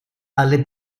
alle